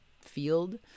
field